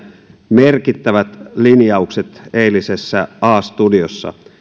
merkittävät linjaukset eilisessä a studiossa